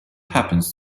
happens